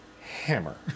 Hammer